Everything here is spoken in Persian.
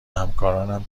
همکارانم